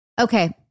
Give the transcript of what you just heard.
Okay